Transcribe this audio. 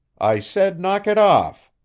i said knock it off,